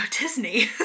Disney